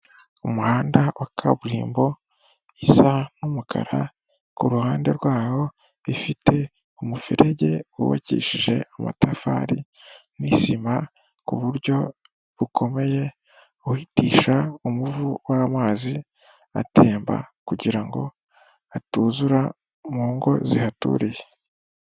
Umuhanda wa kaburimbo isa n'umukara, ku ruhande rwaho ifite umuferege wubakishije amatafari n'isima ku buryo bukomeye, uhitisha umuvu w'amazi atemba kugirango atuzura mu ngo zihaturiye.